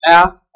ask